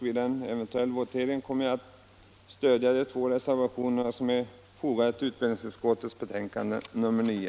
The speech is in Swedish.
Vid en eventuell votering kommer jag att stödja de båda reservationer som är fogade till utbildningsutskottets betänkande nr 9.